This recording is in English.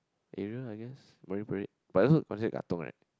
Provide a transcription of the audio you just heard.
area I guess Marine-Parade but also must near Katong right